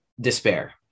despair